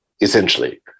essentially